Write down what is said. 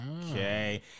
Okay